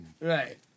Right